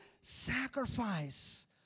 sacrifice